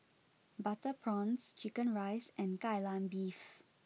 Butter Prawns Chicken Rice and Kai Lan Beef